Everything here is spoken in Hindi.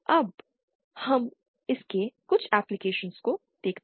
अब हम इसके कुछ एप्लीकेशंस को देखते हैं